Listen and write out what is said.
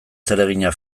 zeregina